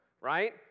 right